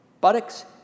Buttocks